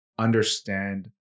understand